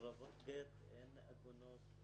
מסורבות גט, אין עגונות.